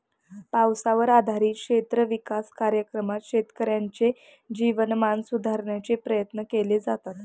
पावसावर आधारित क्षेत्र विकास कार्यक्रमात शेतकऱ्यांचे जीवनमान सुधारण्याचे प्रयत्न केले जातात